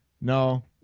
No